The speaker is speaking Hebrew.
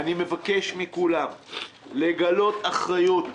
אני מבקש מכולם לגלות אחריות,